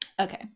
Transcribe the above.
Okay